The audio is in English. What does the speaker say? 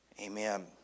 Amen